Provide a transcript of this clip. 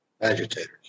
agitators